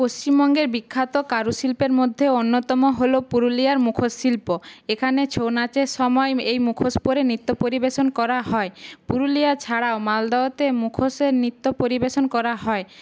পশ্চিমবঙ্গের বিখ্যাত কারু শিল্পের মধ্যে অন্যতম হল পুরুলিয়ার মুখোশ শিল্প এখানে ছৌ নাচের সময় এই মুখোশ পরে নৃত্য পরিবেশন করা হয় পুরুলিয়া ছাড়াও মালদাতে মুখোশের নৃত্য পরিবেশন করা হয়